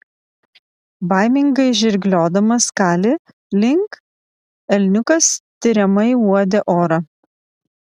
baimingai žirgliodamas kali link elniukas tiriamai uodė orą